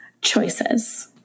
Choices